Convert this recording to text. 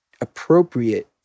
appropriate